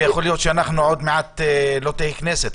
ויכול להיות שעוד מעט לא תהיה כנסת,